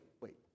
wait